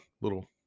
little